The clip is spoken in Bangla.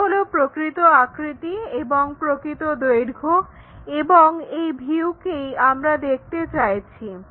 এটা হলো প্রকৃত আকৃতি এবং প্রকৃত দৈর্ঘ্য এবং এই ভিউকেই আমরা দেখতে চাইছি